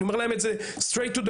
אני אומר את זה בפנים,